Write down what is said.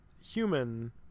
human